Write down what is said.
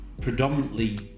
predominantly